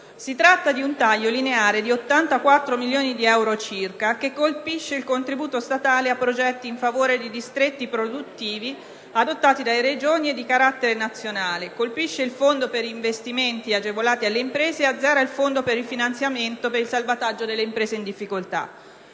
Si tratta di un taglio lineare di 84 milioni di euro circa, che colpisce il contributo statale a progetti in favore di distretti produttivi adottati dalle Regioni e di carattere nazionale; colpisce il fondo per investimenti agevolati alle imprese e azzera il fondo per il finanziamento per il salvataggio delle imprese in difficoltà.